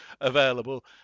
available